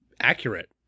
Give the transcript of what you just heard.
accurate